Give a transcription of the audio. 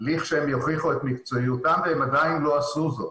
כשהם יוכיחו את מקצועיותם, והם עדיין לא עשו זאת.